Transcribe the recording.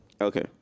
Okay